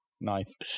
Nice